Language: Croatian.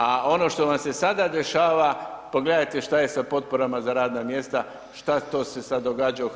A ono što vam se sada dešava, pogledajte šta je sa potporama za radna mjesta, šta to se sad događa u HZZ-u.